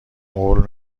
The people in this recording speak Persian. قول